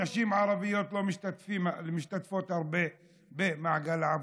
נשים ערביות לא משתתפות הרבה במעגל העבודה,